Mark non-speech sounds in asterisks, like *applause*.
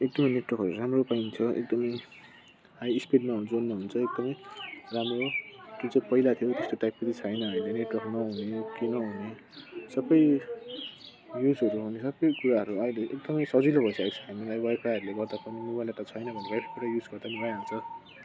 एकदमै नेटवर्कहरू राम्रो पाइन्छ एकदमै हाई स्पिडमा *unintelligible* हुन्छ एकदमै राम्रो जुन चाहिँ पहिला थियो त्यस्तो टाइपको छैन अहिले नेटवर्कमा किनभने सबै युजहरू हुन्छ कि कुराहरू अहिले एकदमै सजिलो भइसकेको छ वाइफाईहरूले गर्दा पनि मोबाइल डेटा छैन भने वाइफाई युज गर्दा पनि भइहाल्छ